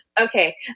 Okay